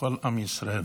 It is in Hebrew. לכל עם ישראל.